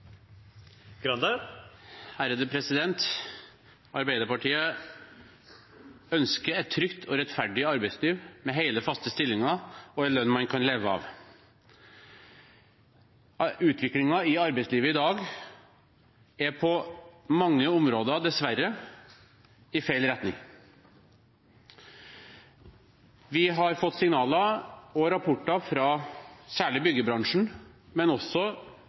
lønn man kan leve av. Utviklingen i arbeidslivet i dag går på mange områder dessverre i feil retning. Vi har fått signaler og rapporter fra særlig byggebransjen, men også